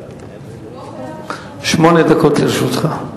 שמונה דקות לרשותך.